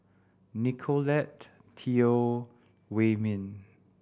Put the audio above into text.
Nicolette Teo Wei Min